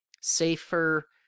safer